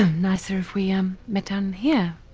nicer if we um met down here.